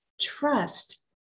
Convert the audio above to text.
trust